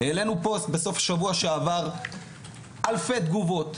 העלינו פוסט בסוף שבוע שעבר; אלפי תגובות,